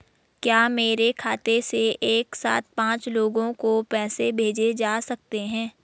क्या मेरे खाते से एक साथ पांच लोगों को पैसे भेजे जा सकते हैं?